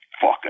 fuck